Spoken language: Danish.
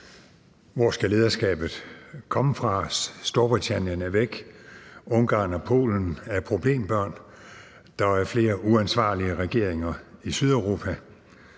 Hvor skal lederskabet komme fra? Storbritannien er væk. Ungarn og Polen er problembørn. Der er flere uansvarlige regeringer i Sydeuropa.